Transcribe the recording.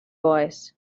voice